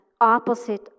opposite